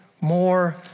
more